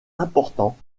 important